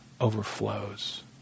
overflows